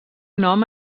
nom